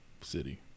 City